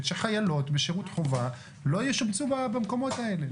שחיילות בשירות חובה לא ישובצו במקומות האלה.